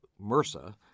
MRSA